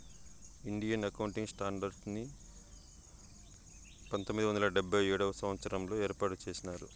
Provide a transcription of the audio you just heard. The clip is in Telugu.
ఇండియన్ అకౌంటింగ్ స్టాండర్డ్స్ ని పంతొమ్మిది వందల డెబ్భై ఏడవ సంవచ్చరంలో ఏర్పాటు చేసినారు